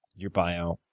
your bio.